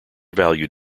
value